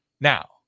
Now